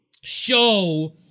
show